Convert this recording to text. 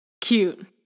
Cute